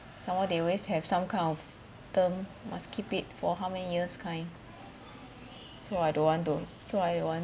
some more they always have some kind of term must keep it for how many years kind so I don't want so I don't want